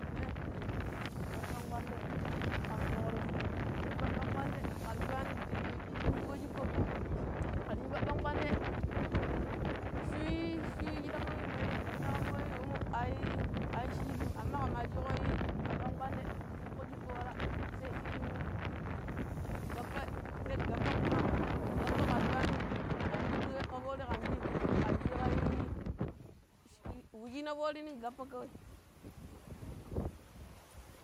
﻿Nee ni minjii babbank kwande khan bokgra fuugee dun bank, bank kwande khr chuwaanii ti ii tii riimbu kigko schikko, khara chjuu babbank kwaan dee, schuu ii schuu ii chidam gbette khamma a ii, a icchi schiikgum amma khamma schii kho ii babbankwandee ta ikkho schikko wala, sai ii gappa, sai gappa kumma, gappa kha ra chjuaa nii, ka ma fuundi kgekkha foori khan chji khan chji kha ii, wa chjii foori nin gappa kaw